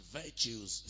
virtues